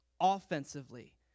offensively